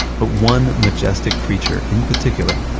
but one majestic creature, in particular,